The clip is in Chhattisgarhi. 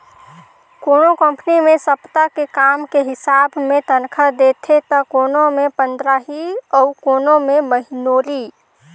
कोनो कंपनी मे सप्ता के काम के हिसाब मे तनखा देथे त कोनो मे पंदराही अउ कोनो मे महिनोरी